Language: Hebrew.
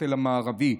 בכותל המערבי,